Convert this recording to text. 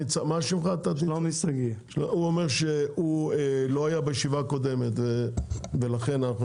שלומי שגיא אומר שהוא לא היה בישיבה הקודמת ולכן אנחנו